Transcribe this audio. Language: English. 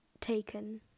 taken